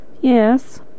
Yes